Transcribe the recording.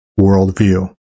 worldview